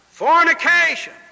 Fornication